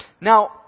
Now